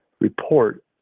report